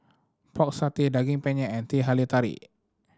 Pork Satay Daging Penyet and Teh Halia Tarik